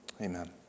Amen